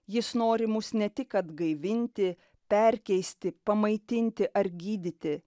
jis nori mus ne tik atgaivinti perkeisti pamaitinti ar gydyti